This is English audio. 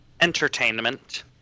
entertainment